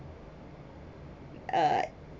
uh